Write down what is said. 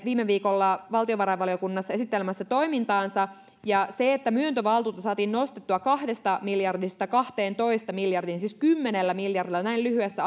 viime viikolla valtiovarainvaliokunnassa esittelemässä toimintaansa ja se että myöntövaltuutta saatiin nostettua kahdesta miljardista kahteentoista miljardiin siis kymmenellä miljardilla näin lyhyessä